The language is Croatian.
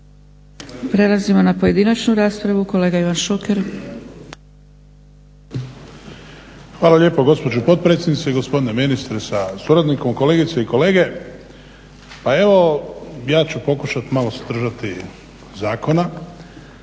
Prelazimo na pojedinačnu raspravu kolega Ivan Šuker. **Šuker, Ivan (HDZ)** Hvala lijepo gospođo potpredsjednice. Gospodine ministre sa suradnikom, kolegice i kolege. Pa evo ja ću pokušati malo se držati zakona.